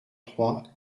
trois